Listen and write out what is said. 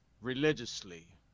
religiously